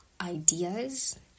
ideas